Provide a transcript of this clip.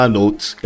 notes